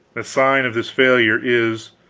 the sign of this failure is,